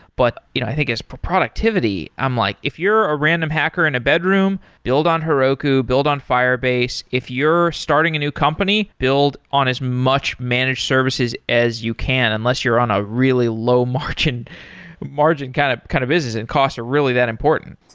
but i think as productivity, i'm like, if you're a random hacker in a bedroom, build on heroku, build on firebase. if you're starting a new company, build on as much managed services as you can, unless you're on a really low-margin low-margin kind of kind of business and costs are really that important.